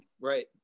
right